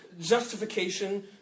justification